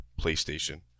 PlayStation